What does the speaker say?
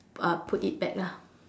uh put it back lah